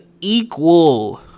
equal